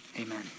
Amen